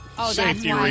Safety